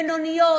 בינוניות,